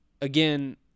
again